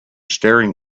staring